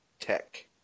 Tech